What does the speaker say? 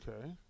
Okay